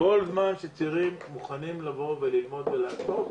כל זמן שצעירים מוכנים לבוא וללמוד ולעשות,